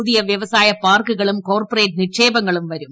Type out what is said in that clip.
പുതിയ വ്യവസായ പാർക്കുകളും കോർപ്പറേറ്റ് നിക്ഷേപങ്ങളും വരും